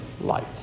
light